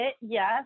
yes